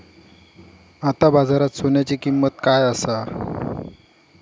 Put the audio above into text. आता बाजारात सोन्याची किंमत काय असा?